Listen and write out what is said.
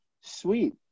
sweet